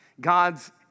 God's